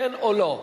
כן או לא,